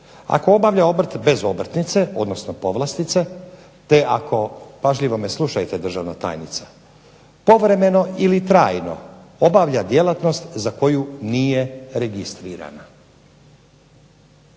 ako obavlja obrt bez obrtnice, odnosno povlastice, te ako, pažljivo me slušajte državna tajnica, povremeno ili trajno obavlja djelatnost za koju nije registrirana.